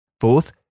Fourth